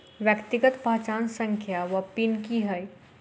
व्यक्तिगत पहचान संख्या वा पिन की है?